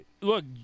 look